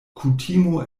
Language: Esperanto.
kutimo